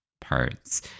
parts